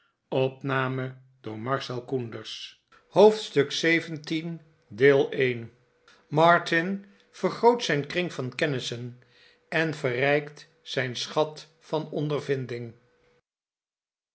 hoofdstuk xvii martin vergroot zijn kring van kennissen en verrijkt zijn schat van ondervinding